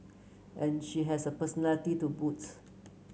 and she has a personality to boot